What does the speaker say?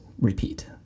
repeat